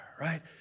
right